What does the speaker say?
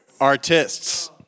artists